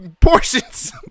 portions